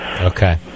Okay